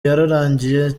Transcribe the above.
yararangiye